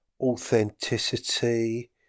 Authenticity